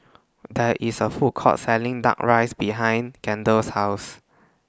There IS A Food Court Selling Duck Rice behind Kendell's House